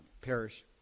parish